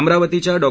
अमरावतीच्या डॉ